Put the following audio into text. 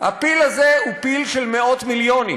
הפיל הזה הוא פיל של מאות מיליונים,